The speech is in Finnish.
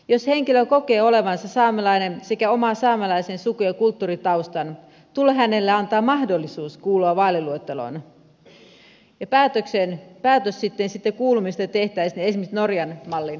jos henkilö kokee olevansa saamelainen sekä omaa saamelaisen suku ja kulttuuritaustan tulee hänelle antaa mahdollisuus kuulua vaaliluetteloon ja päätös sitten siitä kuulumisesta tehtäisiin esimerkiksi norjan mallin mukaisesti